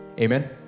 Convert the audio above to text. Amen